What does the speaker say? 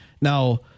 Now